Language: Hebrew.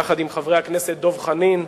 יחד עם חברי הכנסת דב חנין,